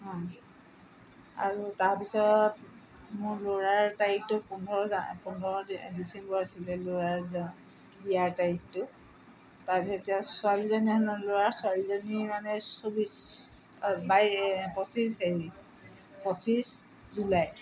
আৰু তাৰপিছত মোৰ ল'ৰাৰ তাৰিখটো পোন্ধৰ জা পোন্ধৰ ডিচেম্বৰ আছিলে ল'ৰাৰ জ বিয়াৰ তাৰিখটো তাৰপিছত এতিয়া ছোৱালীজনী হ'লে ল'ৰা ছোৱালীজনীৰ মানে চৌব্বিছ বাই পঁচিছ হেৰি পঁচিছ জুলাই